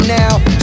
now